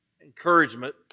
encouragement